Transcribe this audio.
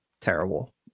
Terrible